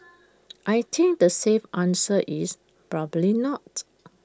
I think the safe answer is probably not